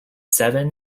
seven